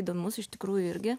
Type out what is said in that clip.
įdomus iš tikrųjų irgi